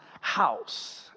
house